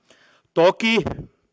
toki